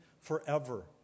forever